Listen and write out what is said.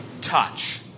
touch